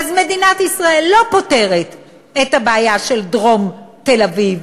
אז מדינת ישראל לא פותרת את הבעיה של דרום תל-אביב,